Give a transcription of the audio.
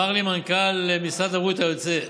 מנכ"ל משרד הבריאות היוצא,